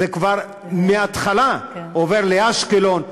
זה כבר מההתחלה עובר לאשקלון,